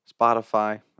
Spotify